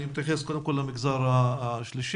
אני מתייחס קודם כל למגזר השלישי,